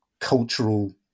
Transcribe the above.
cultural